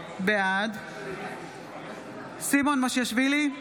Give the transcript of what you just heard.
בעד סימון מושיאשוילי,